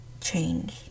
change